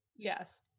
Yes